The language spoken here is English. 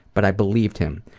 but i believed him.